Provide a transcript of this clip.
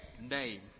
name